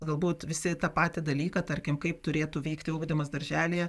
galbūt visi tą patį dalyką tarkim kaip turėtų veikti ugdymas darželyje